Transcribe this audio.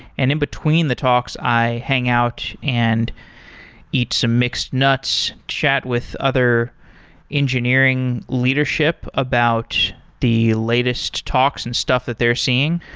and in between the talks i hang out and eat some mixed nuts, chat with other engineering leadership about the latest talks and stuff that they're seeing,